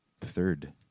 third